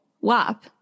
WAP